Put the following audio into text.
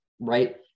right